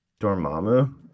Dormammu